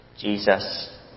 Jesus